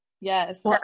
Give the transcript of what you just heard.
Yes